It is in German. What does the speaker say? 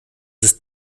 ist